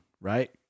right